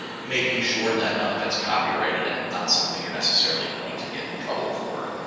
making sure that none of it's copyrighted and not something you're necessarily going to get in trouble for.